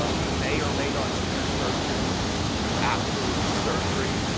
um you may or may not see your surgeon after surgery.